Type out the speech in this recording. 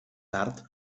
tard